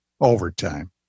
overtime